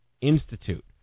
Institute